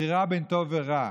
בחירה בין טוב ורע.